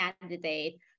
candidate